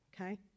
okay